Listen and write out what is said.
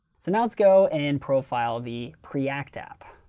so now let's go and profile the preact app.